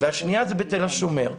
והשנייה היא בתל השומר.